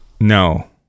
No